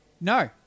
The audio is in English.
No